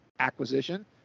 acquisition